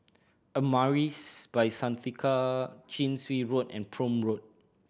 Amaris By Santika Chin Swee Road and Prome Road